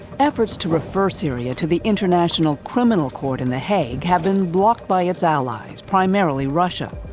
efforts to refer syria to the international criminal court in the hague have been blocked by its allies, primarily russia.